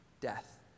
death